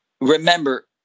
Remember